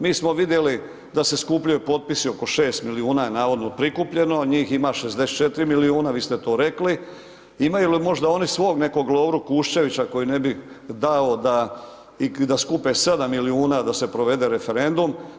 Mi smo vidjeli da se skupljaju potpisi, oko 6 milijuna je navodno prikupljeno, njih ima 64 milijuna, vi ste to rekli, imaju li možda oni svog nekog Lovru Kuščevića koji ne bi dao da skupe 7 milijuna da se provede referendum.